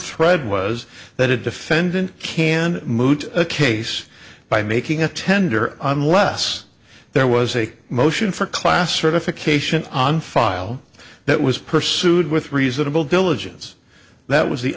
thread was that a defendant can moot a case by making a tender unless there was a motion for class certification on file that was pursued with reasonable diligence that was the